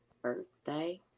Birthday